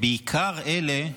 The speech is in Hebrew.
בעיקר אלה,